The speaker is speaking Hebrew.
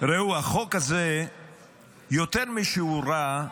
ראו, החוק הזה יותר משהוא רע,